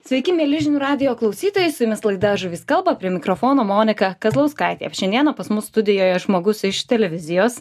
sveiki mieli žinių radijo klausytojai su jumis laida žuvis kalba prie mikrofono monika kazlauskaitė ir šiandieną pas mus studijoje žmogus iš televizijos